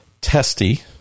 testy